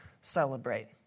celebrate